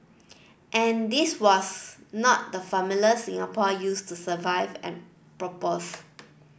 and this was not the formula Singapore used to survive and propose